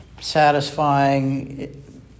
satisfying